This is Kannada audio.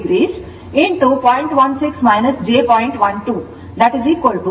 16 j0